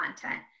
content